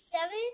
seven